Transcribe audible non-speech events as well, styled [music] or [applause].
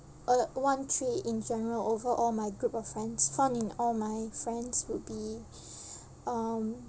uh one trait in general over all my group of friends found in all my friends would be [breath] um